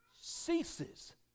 ceases